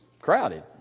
crowded